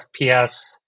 FPS